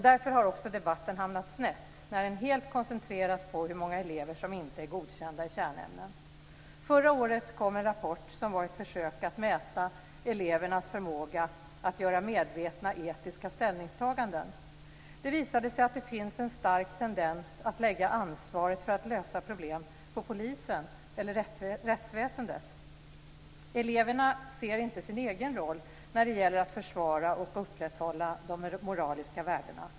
Därför har också debatten hamnat snett när den helt koncentreras på hur många elever som inte är godkända i kärnämnen. Förra året kom en rapport som var ett försök att mäta elevernas förmåga att göra medvetna etiska ställningstaganden. Det visade sig att det finns en stark tendens att lägga ansvaret för att lösa problem på polisen eller rättsväsendet. Eleverna ser inte sin egen roll när det gäller att försvara och upprätthålla de moraliska värdena.